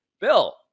Bill